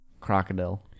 crocodile